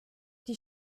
die